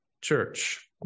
church